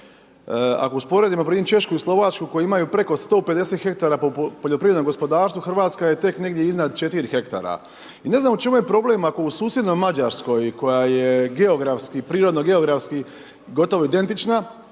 Ako usporedimo npr. Češku i Slovačku, koji imaju preko 150 he poljoprivrednog gospodarstva, Hrvatska je tek negdje iznad 4 hektara. I ne znam, o čemu je problem, ako u susjednoj Mađarskoj, koja je prirodno geografski gotovo identična,